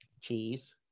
Cheese